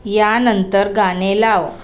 या नंतर गाणे लाव